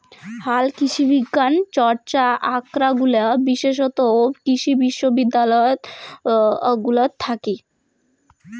হালকৃষিবিজ্ঞান চর্চা আখরাগুলা বিশেষতঃ কৃষি বিশ্ববিদ্যালয় গুলাত থাকি